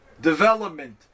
development